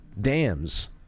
dams